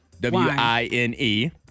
W-I-N-E